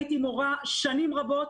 הייתי מורה שנים רבות,